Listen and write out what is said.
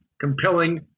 compelling